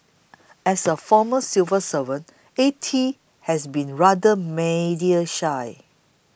as a former civil servant A T has been rather media shy